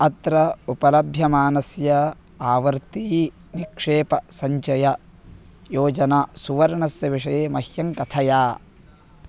अत्र उपलभ्यमानस्य आवर्ती निक्षेप सञ्चय योजना सुवर्णस्य विषये मह्यं कथय